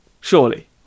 Surely